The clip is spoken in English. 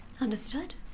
Understood